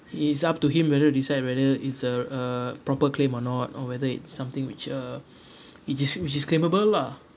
it's up to him whether to decide whether it's a uh proper claim or not or whether it's something which uh which is which is claimable lah